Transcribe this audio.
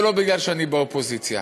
ולא כי אני באופוזיציה.